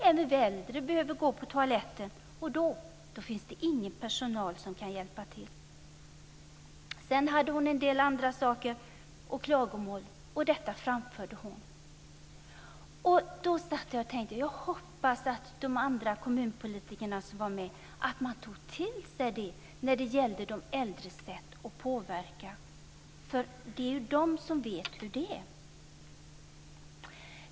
Även äldre behöver gå på toaletten, och då finns det ingen personal som kan hjälpa till. Hon framförde också en del andra saker och klagomål. Då satt jag och tänkte: Jag hoppas att kommunpolitikerna som är med tar till sig detta när det gäller de äldres sätt att påverka. Det är ju de som vet hur det är.